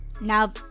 now